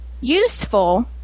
useful